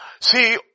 see